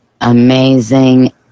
amazing